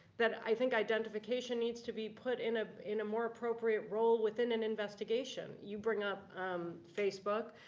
that i think identification needs to be put in ah in a more appropriate role within an investigation. you bring up facebook.